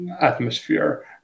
atmosphere